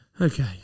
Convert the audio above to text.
Okay